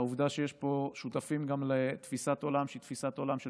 העובדה שיש פה שותפים גם לתפיסת עולם שהיא תפיסת עולם של